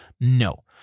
No